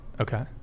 okay